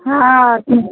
हँ